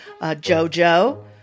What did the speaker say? Jojo